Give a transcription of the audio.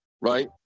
Right